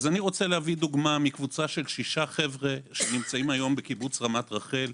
אני רוצה להביא דוגמה של שישה חבר'ה שנמצאים היום בקיבוץ רמת רחל.